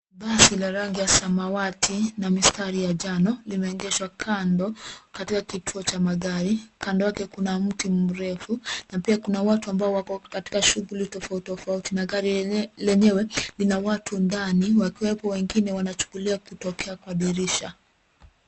Basi la rangi ya samawati na mistari ya njano limeegeswhwa kando katika kituo cha magari kando yake kuna mti mrefu na pia kuna watu wako katika shuguli tofauti tofauti na gari lenyewe lina watu ndani wakiwepo wengine wanachungulia kuokea kwa dirisha.